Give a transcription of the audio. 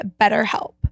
BetterHelp